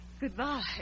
Goodbye